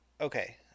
Okay